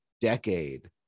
decade